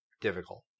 difficult